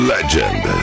Legend